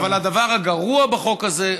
אבל הדבר הגרוע בחוק הזה,